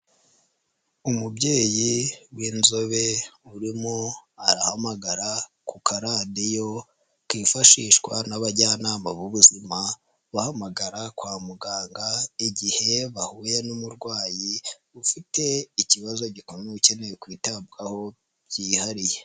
Umubyeyi w'inzobe urimo arahamagara ku karadiyo kifashishwa n'abajyanama b'ubuzima bahamagara kwa muganga, igihe bahuye n'umurwayi ufite ikibazo gikomeye ukeneye kwitabwaho byihariye.